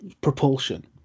propulsion